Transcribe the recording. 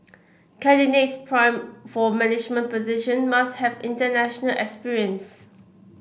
candidates primed for management position must have international experience